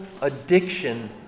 addiction